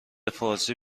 فارسی